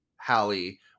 Hallie